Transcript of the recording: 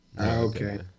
Okay